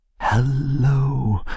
Hello